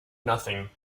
nothing